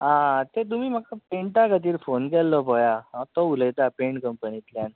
आं तें तुमी म्हाका पेंटा खातीर फोन केल्लो पळेयात तो उलयता पेंट कंपनितल्यान